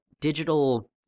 digital